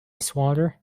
swatter